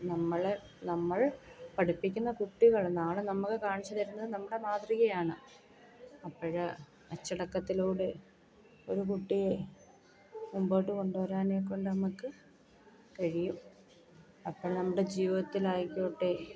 നമ്മളെ നമ്മൾ പഠിപ്പിക്കുന്ന കുട്ടികൾ നാളെ നമുക്ക് കാണിച്ച് തരുന്നത് നമ്മുടെ മാതൃകയാണ് അപ്പോൾ അച്ചടക്കത്തിലൂടെ ഒരു കുട്ടിയെ മുൻപോട്ട് കൊണ്ടു വരാനേകൊണ്ട് നമുക്ക് കഴിയും അപ്പം നമ്മുടെ ജീവിതത്തിലായിക്കോട്ടെ